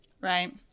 right